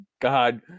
God